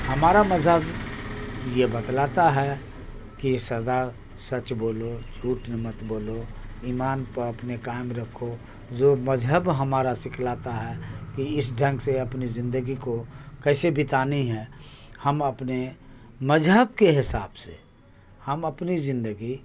ہمارا مذہب یہ بتلاتا ہے کہ سدا سچ بولو جھوٹ مت بولو ایمان پہ اپنے قائم رکھو جو مذہب ہمارا سکھلاتا ہے کہ اس ڈھنگ سے اپنی زندگی کو کیسے بتانی ہے ہم اپنے مذہب کے حساب سے ہم اپنی زندگی